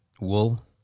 Wool